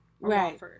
Right